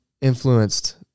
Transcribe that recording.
influenced